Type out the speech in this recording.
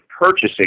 purchasing